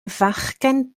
fachgen